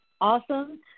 awesome